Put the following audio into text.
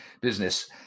business